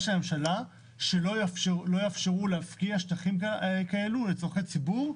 של הממשלה שלא יאפשרו להפקיע שטחים כאלו לצרכי ציבור,